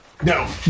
No